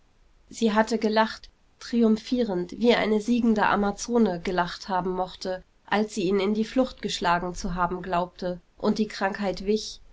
sie hatte gelacht triumphierend wie eine siegende amazone gelacht haben mochte als sie ihn in die flucht geschlagen zu haben glaubte und die krankheit wich